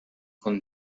con